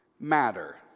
matter